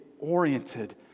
oriented